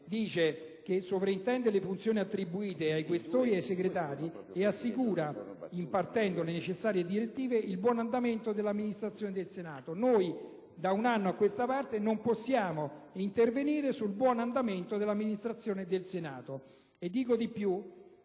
Presidente «sovrintende alle funzioni attribuite ai Questori ed ai Segretari. Assicura, impartendo le necessarie direttive, il buon andamento dell'Amministrazione del Senato». Noi, da un anno a questa parte, non possiamo intervenire sul buon andamento dell'Amministrazione del Senato. Dirò di più